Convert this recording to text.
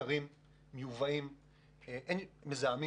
מיובאים והם גם מזהמים